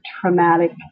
traumatic